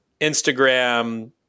Instagram